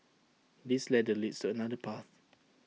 this ladder leads to another path